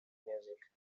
music